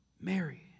Mary